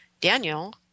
Daniel